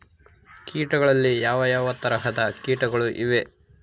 ಕೇಟಗಳಲ್ಲಿ ಯಾವ ಯಾವ ತರಹದ ಕೇಟಗಳು ಇವೆ?